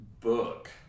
book